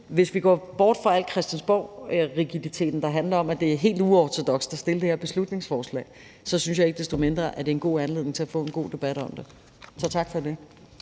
hvis vi går bort fra al christiansborgrigiditeten, der handler om, at det er helt uortodoks at fremsætte det her beslutningsforslag, synes jeg ikke desto mindre, at det er en god anledning til at få en god debat om det. Så tak for det.